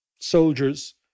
soldiers